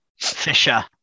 Fisher